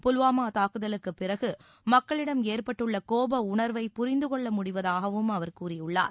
புல்வாமா தாக்குதலுக்கு பிறகு மக்களிடம் ஏற்பட்டுள்ள கோப உணர்வை புரிந்துகொள்ள முடிவதாகவும் அவர் கூறியுள்ளார்